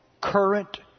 current